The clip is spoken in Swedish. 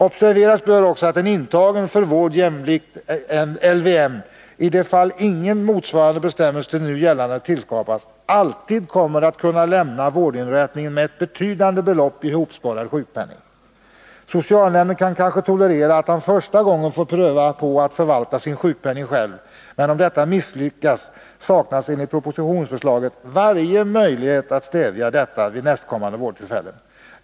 Observeras bör också att en intagen för vård jämlikt LVM i det fall ingen bestämmelse motsvarande den nu gällande skapas alltid kommer att kunna lämna vårdinrättningen med ett betydande belopp i hopsparad sjukpenning. Socialnämnden kan kanske tolerera att han första gången får pröva på att förvalta sin sjukpenning själv, men om detta misslyckas saknas enligt propositionsförslaget varje möjlighet att stävja detta vid nästkommande vårdtillfälle.